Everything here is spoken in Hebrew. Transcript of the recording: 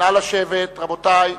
נא לשבת, רבותי.